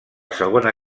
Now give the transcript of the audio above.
segona